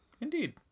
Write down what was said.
Indeed